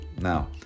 Now